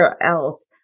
else